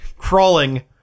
crawling